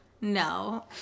No